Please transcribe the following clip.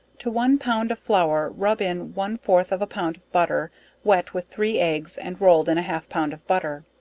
to one pound of flour rub in one fourth of a pound of butter wet with three eggs and rolled in a half pound of butter.